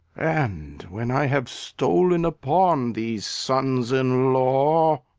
and when i have stol'n upon these sons-in-law,